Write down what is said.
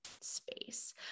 space